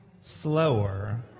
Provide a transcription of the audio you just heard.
slower